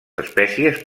espècies